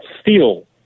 steel